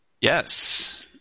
Yes